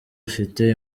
afite